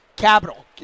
capital